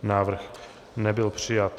Návrh nebyl přijat.